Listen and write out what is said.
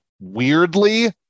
weirdly